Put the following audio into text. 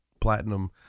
platinum